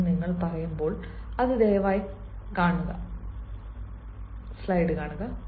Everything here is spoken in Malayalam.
എന്ന് നിങ്ങൾ പറയുമ്പോൾ ദയവായി കാണുക